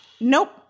Nope